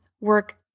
work